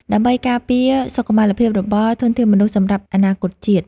ដើម្បីការពារសុខុមាលភាពរបស់ធនធានមនុស្សសម្រាប់អនាគតជាតិ។